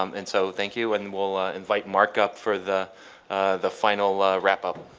um and so thank you and will invite mark up for the the final wrap-up.